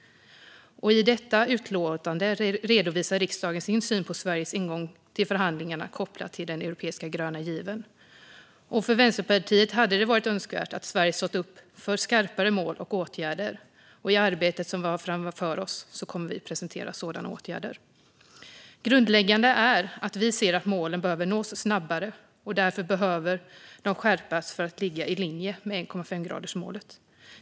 I detta utlåtande redovisar riksdagen sin syn på Sveriges ingång till förhandlingarna kopplat till den europeiska gröna given. För Vänsterpartiet hade det varit önskvärt att Sverige stått upp för skarpare mål och åtgärder. I arbetet som vi har framför oss kommer vi att presentera sådana åtgärder. Grundläggande är att vi ser att målen behöver nås snabbare, och därför behöver de skärpas för att ligga i linje med 1,5-gradersmålet.